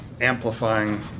amplifying